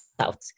south